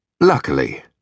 Luckily